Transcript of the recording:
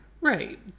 Right